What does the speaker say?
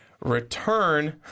return